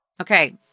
Okay